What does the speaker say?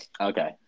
Okay